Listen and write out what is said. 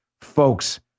Folks